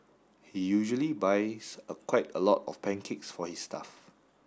he usually buys a quite a lot of pancakes for his staff